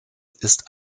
ist